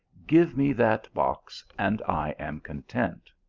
give me that box, and i am content.